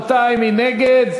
מי נגד?